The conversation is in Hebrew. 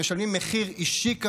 משלמים מחיר אישי כבד,